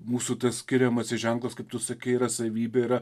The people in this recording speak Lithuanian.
mūsų skiriamasis ženklas kaip tu sakai yra savybė yra